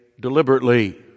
deliberately